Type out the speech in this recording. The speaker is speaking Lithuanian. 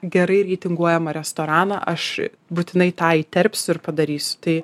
gerai reitinguojamą restoraną aš būtinai tą įterpsiu ir padarysiu tai